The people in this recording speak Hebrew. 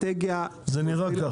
זה נראה כך.